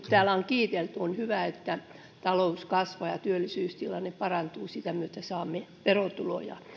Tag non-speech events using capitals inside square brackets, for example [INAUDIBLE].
[UNINTELLIGIBLE] täällä on kiitelty on hyvä että talous kasvaa ja työllisyystilanne parantuu sitä myötä saamme verotuloja